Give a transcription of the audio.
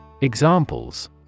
Examples